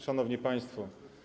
Szanowni Państwo!